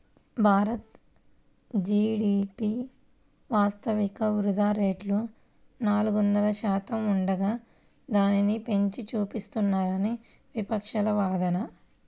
Bharat GDP వాస్తవిక వృద్ధి rate నాలుగున్నర శాతం ఉండగా దానిని పెంచి చూపిస్తున్నారని విపక్షాల వాదన